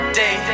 day